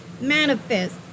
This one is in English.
manifest